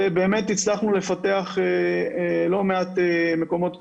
ובאמת הצלחנו לפתח לא מעט מקומות קדושים,